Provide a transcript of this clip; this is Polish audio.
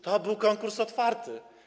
To był konkurs otwarty.